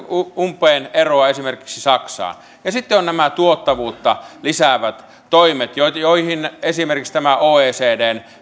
umpeen eroa esimerkiksi saksaan ja sitten ovat nämä tuottavuutta lisäävät toimet joihin esimerkiksi tämä oecdn